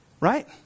Right